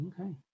Okay